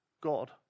God